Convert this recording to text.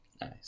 Nice